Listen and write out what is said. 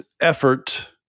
effort